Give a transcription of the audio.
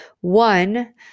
One